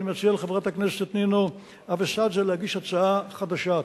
אני מציע לחברת הכנסת נינו אבסדזה להגיש הצעה חדשה.